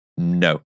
No